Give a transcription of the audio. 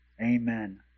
Amen